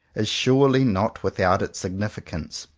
is surely not without its significance.